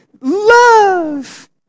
love